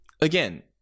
again